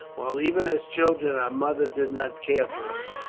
while even as children our mother did not care for us.